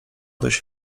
dość